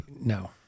No